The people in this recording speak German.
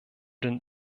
den